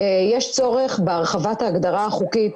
יש צורך בהרחבת ההגדרה החוקית,